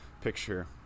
picture